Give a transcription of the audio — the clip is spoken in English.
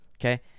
Okay